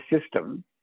system